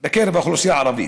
בקרב האוכלוסייה הערבית,